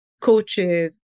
coaches